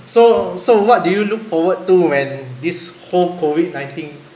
so so what do you look forward to when this whole COVID nineteen